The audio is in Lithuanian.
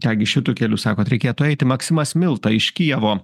ką gi šitu keliu sakot reikėtų eiti maksimas milta iš kijevo